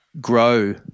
grow